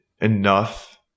enough